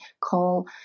call